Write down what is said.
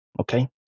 Okay